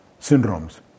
syndromes